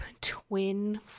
twin